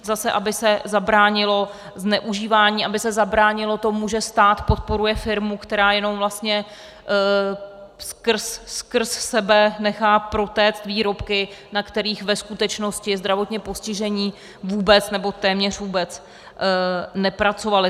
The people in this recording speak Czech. Zase aby se zabránilo zneužívání, aby se zabránilo tomu, že stát podporuje firmu, která jenom vlastně skrz sebe nechá protéct výrobky, na kterých ve skutečnosti zdravotně postižení vůbec nebo téměř vůbec nepracovali.